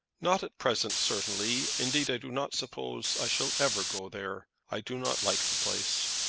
not at present, certainly. indeed, i do not suppose i shall ever go there. i do not like the place.